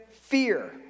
fear